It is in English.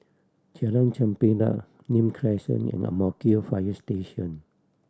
Jalan Chempedak Nim Crescent and Ang Mo Kio Fire Station